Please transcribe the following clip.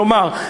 כלומר,